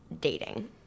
dating